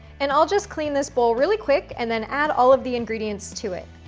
and i'll just clean this bowl really quick and then add all of the ingredients to it,